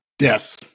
yes